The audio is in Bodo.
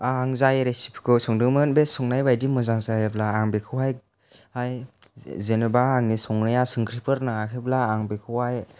आं जाय रेसेपिखौ संदोंमोन बे संनाय बायदि मोजां जायोब्ला आं बेखौहाय जेन'बा आंनि संनाया संख्रिफोर नाङाखैब्ला आं बेखौहाय